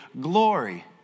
glory